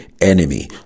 enemy